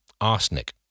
arsenic